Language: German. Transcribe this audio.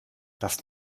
das